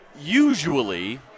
usually